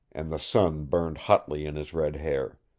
and the sun burned hotly in his red hair.